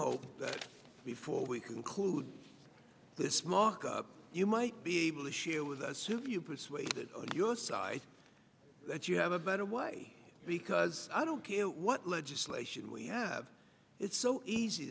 hope that before we conclude this markup you might be able to share with a super you persuaded your side that you have a better way because i don't care what legislation we have it's so easy